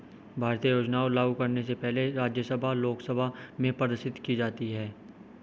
भारतीय योजनाएं लागू करने से पहले राज्यसभा लोकसभा में प्रदर्शित की जाती है